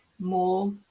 more